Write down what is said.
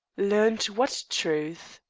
learnt what truth?